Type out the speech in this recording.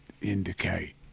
indicate